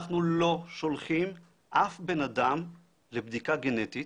אנחנו לא שולחים אף בן אדם לבדיקה גנטית.